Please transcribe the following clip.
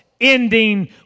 ending